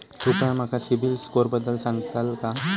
कृपया माका सिबिल स्कोअरबद्दल सांगताल का?